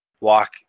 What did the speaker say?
walk